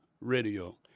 radio